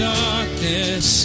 darkness